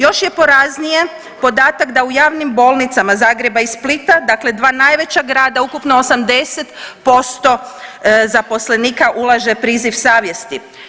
Još je poraznije podatak da u javnim bolnicama Zagreba i Splita dakle dva najveća grada ukupno 80% zaposlenika ulaže priziv savjesti.